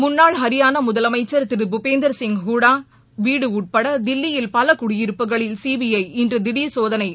முன்னாள் ஹியானா முதலமைச்சர் திரு புபீந்தர்சிய் ஹூடா வீடு உட்பட தில்லியில் பல குடியிருப்புகளில் சிபிஐ இன்று திடர் சோதனை நடத்தி வருகிறது